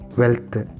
wealth